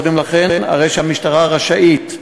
הרי שהמשטרה רשאית,